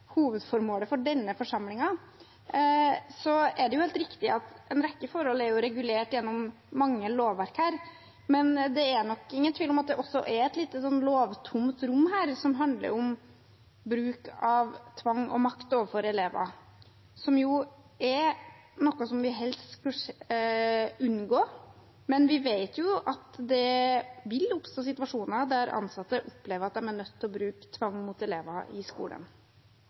denne forsamlingen, er det helt riktig at en rekke forhold her er regulert gjennom mange lovverk, men det er nok ingen tvil om at det også er et lite lovtomt rom her som handler om bruk av tvang og makt overfor elever, som er noe som vi helst vil unngå, men vi vet jo at det vil oppstå situasjoner der ansatte opplever at de er nødt til å bruke tvang mot elever i skolen.